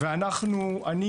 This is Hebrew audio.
אז אני